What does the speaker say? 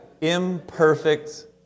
imperfect